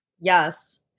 Yes